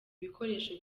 ibikoresho